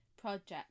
project